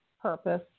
purpose